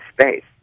space